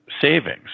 savings